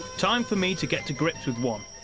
time for me to get to grips with one.